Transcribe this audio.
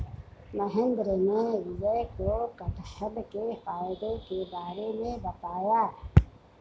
महेंद्र ने विजय को कठहल के फायदे के बारे में बताया